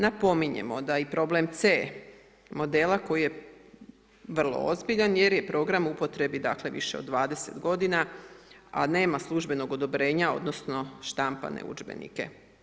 Napominjemo da i problem C modela koji je vrlo ozbiljan jer je program u upotrebi dakle više od 20 godina a nema službenog odobrenja odnosno štampane udžbenike.